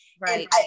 Right